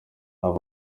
aba